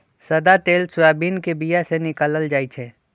सदा तेल सोयाबीन के बीया से निकालल जाइ छै